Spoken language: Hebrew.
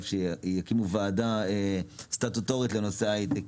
שיקימו ועדה סטטוטורית לנושא ההיי-טק,